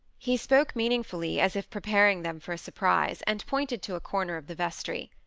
he spoke meaningly, as if preparing them for a surprise, and pointed to a corner of the vestry.